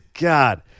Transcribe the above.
God